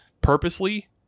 purposely